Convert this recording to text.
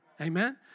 Amen